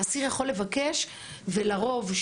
האסיר יכול לבקש ולרוב,